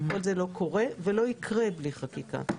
כל זה לא קורה ולא יקרה בלי חקיקה,